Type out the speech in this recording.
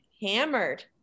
hammered